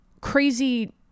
crazy